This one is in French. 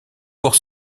pour